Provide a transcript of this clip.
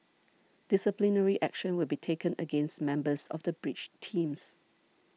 disciplinary action will be taken against members of the bridge teams